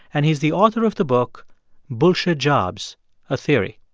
and he's the author of the book bullshit jobs a theory.